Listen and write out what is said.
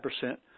percent